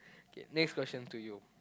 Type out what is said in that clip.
K next question to you